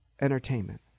entertainment